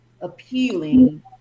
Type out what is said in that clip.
appealing